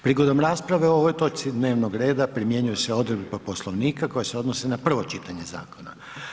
Prigodom rasprave o ovoj točki dnevnog reda primjenjuju se odredbe Poslovnika koje se odnose na prvo čitanje zakona.